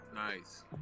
Nice